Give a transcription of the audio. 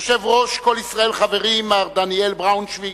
יושב-ראש "כל ישראל חברים" מר דניאל בראונשוויג,